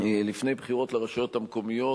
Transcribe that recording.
ולפני בחירות לרשויות המקומיות.